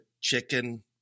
chicken